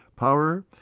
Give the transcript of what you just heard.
Power